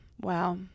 wow